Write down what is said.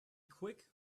quick